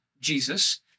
Jesus